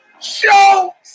Show